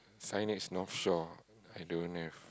signage Northshore I don't have